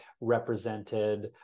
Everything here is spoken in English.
represented